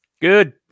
Good